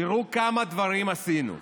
תראו כמה דברים עשינו.